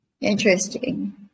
Interesting